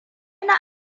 na